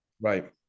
Right